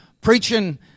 preaching